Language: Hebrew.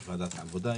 יש ועדת עבודה,